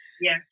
Yes